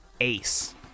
ace